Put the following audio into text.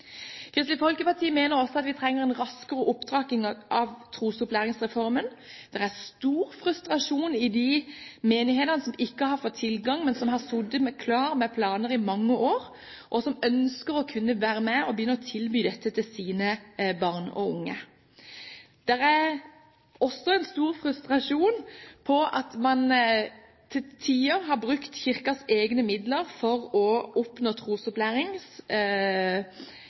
Kristelig Folkeparti mener også at vi trenger en raskere opptrapping av trosopplæringsreformen. Det er stor frustrasjon i de menighetene som ikke har fått tilgang, men som har sittet klar med planer i mange år, og som ønsker å kunne være med og tilby dette til sine barn og unge. Det er også stor frustrasjon over at man til tider har brukt Kirkens egne midler for å